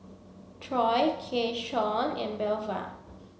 Troy Keyshawn and Belva